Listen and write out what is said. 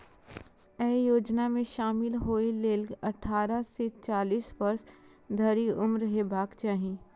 अय योजना मे शामिल होइ लेल अट्ठारह सं चालीस वर्ष धरि उम्र हेबाक चाही